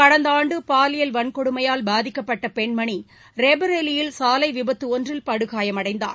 கடந்த ஆண்டு பாலியல் வன்கொடுமையால் பாதிக்கப்பட்ட பெண்மணி ரேபரேலியில் சாலை விபத்து ஒன்றில் படுகாயமடைந்தார்